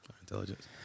intelligence